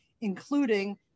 including